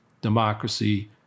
democracy